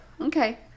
Okay